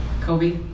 Kobe